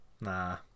Nah